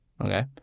okay